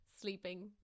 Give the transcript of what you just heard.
sleeping